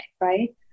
right